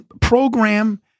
program